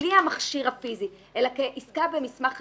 בלי המכשיר הפיזי אלא כעסקה במסמך חסר,